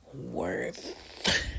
worth